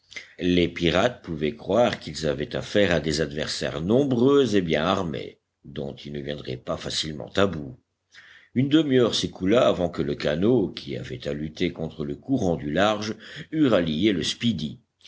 les pirates pouvaient croire qu'ils avaient affaire à des adversaires nombreux et bien armés dont ils ne viendraient pas facilement à bout une demi-heure s'écoula avant que le canot qui avait à lutter contre le courant du large eût rallié le speedy